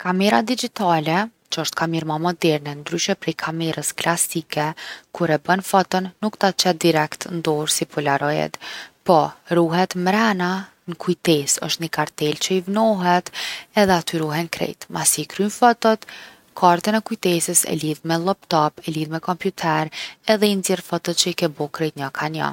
Kamera digjitale, që osht kamer ma moderne ndryshe prej kamerës klasike, kur e bon foto nuk ta qet direkt n’dorë si polaroid po ruhet mrena n’kujtesë. Osht ni kartelë që i vnohet edhe aty ruhen krejt. Masi i kryn fotot, kartën e kujtesës e lidh me lloptop, e lidh me kompjuter edhe i nxjerr fotot që i ke bo krejt njo ka njo.